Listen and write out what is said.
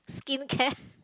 skin care